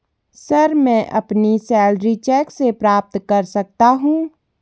sir, मैं अपनी salary cheque से प्राप्त करना चाहता हूं